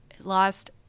lost